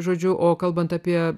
žodžiu o kalbant apie